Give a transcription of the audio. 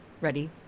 ready